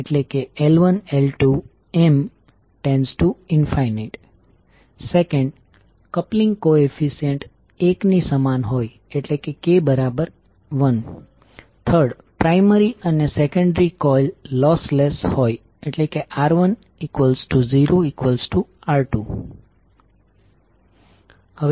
હવે આ કિસ્સામાં કોઇલ 1 ના ડોટેડ ટર્મિનલમાં i1દાખલ થઈ રહ્યો છે પરંતુ કોઇલ 2 ના ડોટેડ ટર્મિનલ પર v2 નેગેટિવ છે